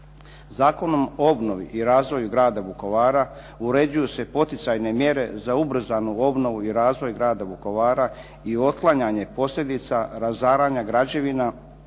Zakonom o obnovi i razvoju grada Vukovara uređuju se poticajne mjere za ubrzanu obnovu i razvoj grada Vukovara i otklanjanje posljedica razaranja građevina i